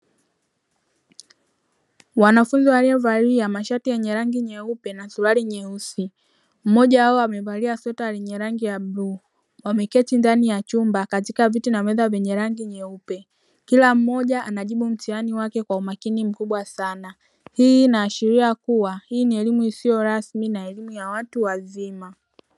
Wanafunzi waliovalia mashati yenye rangi nyeupe na suruali nyeusi, mmoja amevalia sweta lenye rangi ya bluu wameketi ndani ya chumba katika viti na meza zenye rangi nyeupe Kila mmoja ana jibu mtihani wake kwa umakini mkubwa sana hii inaashiria kuwa ni elimu ya watu wazima.